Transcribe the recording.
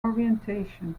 orientation